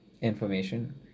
Information